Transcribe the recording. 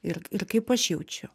ir ir kaip aš jaučiu